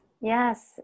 Yes